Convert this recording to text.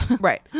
right